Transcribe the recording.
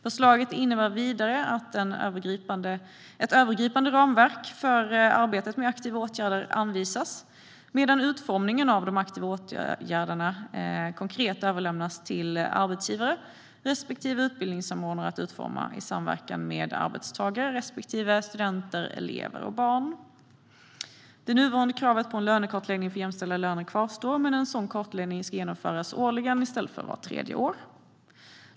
Förslaget innebär vidare att ett övergripande ramverk för arbetet med aktiva åtgärder anvisas, medan utformningen av de konkreta åtgärderna överlämnas till arbetsgivare respektive utbildningsanordnare att utforma i samverkan med arbetstagare respektive studenter, elever och barn. Det nuvarande kravet på en lönekartläggning för jämställda löner kvarstår, men en sådan kartläggning ska genomföras årligen i stället för vart tredje år.